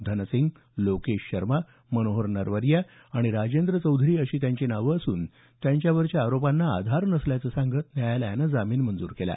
धनसिंह लोकेश शर्मा मनोहर नरवारिया आणि राजेंद्र चौधरी अशी त्यांची नावं असून त्यांच्यावरच्या आरोपांना आधार नसल्याचं सांगत न्यायालयानं जामीन मंजूर केला